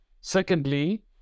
Secondly